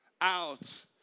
out